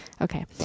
Okay